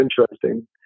interesting